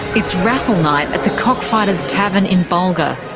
it's raffle night at the cockfighter's tavern in bulga.